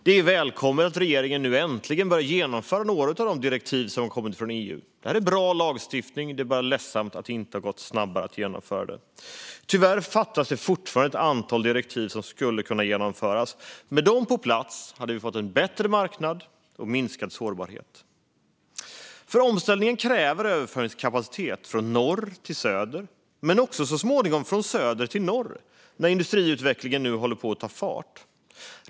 Det är därför välkommet att regeringen nu äntligen börjar genomföra några av de direktiv som kommit från EU. Det är bra lagstiftning, och det är ledsamt att genomförandet inte gått snabbare. Tyvärr är det fortfarande ett antal direktiv som inte har genomförts. Med dem på plats hade vi fått en bättre marknad och minskad sårbarhet. Omställningen kräver överföringskapacitet från norr till söder men också så småningom från söder till norr när industriutvecklingen där tar fart.